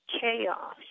chaos